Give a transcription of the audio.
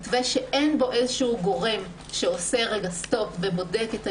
מתווה שאין בו גורם שעוצר ובודק את העניינים,